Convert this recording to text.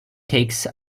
takes